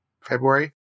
February